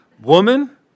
Woman